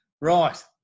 Right